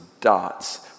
dots